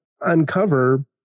uncover